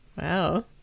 Wow